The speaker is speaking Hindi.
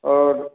और